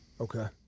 Okay